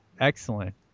excellent